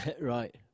Right